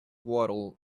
waddled